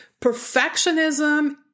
Perfectionism